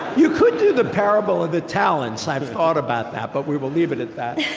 you could do the parable of the talents. i've thought about that. but we will leave it at that